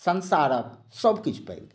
संसारक सभकिछु पाबि गेल छी